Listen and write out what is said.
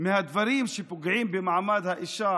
אחד הדברים שפוגעים במעמד האישה